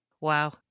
Wow